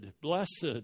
blessed